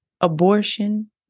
Abortion